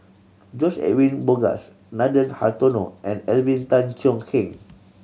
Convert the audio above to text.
George Edwin Bogaars Nathan Hartono and Alvin Tan Cheong Kheng